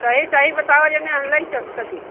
सही सही बताओ यानी हम ले तो सकें